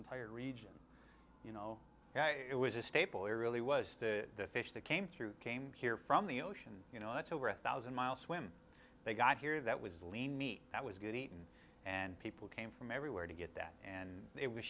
entire region you know it was a staple it really was the fish that came through came here from the ocean you know that's over a thousand mile swim they got here that was lean meat that was getting eaten and people came from everywhere to get that and it was